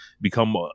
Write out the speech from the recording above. become